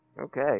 Okay